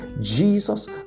Jesus